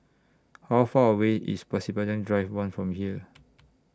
How Far away IS Pasir Panjang Drive one from here